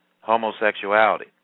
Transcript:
homosexuality